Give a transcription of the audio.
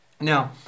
now